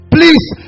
Please